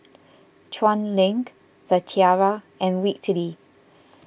Chuan Link the Tiara and Whitley